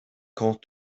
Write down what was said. contre